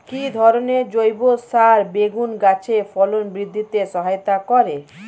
কি ধরনের জৈব সার বেগুন গাছে ফলন বৃদ্ধিতে সহায়তা করে?